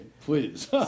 please